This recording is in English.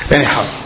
Anyhow